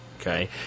Okay